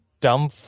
dumb